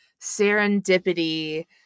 serendipity